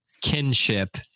kinship